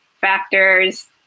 factors